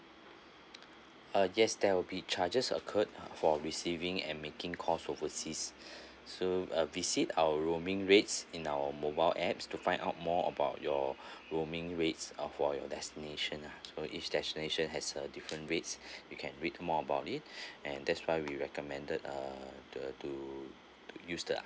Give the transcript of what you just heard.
ah yes there will be charges occurred for receiving and making calls overseas so uh visit our roaming rates in our mobile apps to find out more about your roaming rates or for your destination lah so each destination has a different rates you can read more about it and that's why we recommended uh the to use the